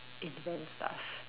it depends lah